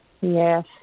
Yes